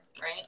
right